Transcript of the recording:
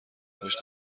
پشت